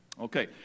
Okay